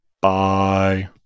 bye